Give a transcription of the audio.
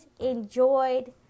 enjoyed